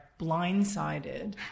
blindsided